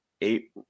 eight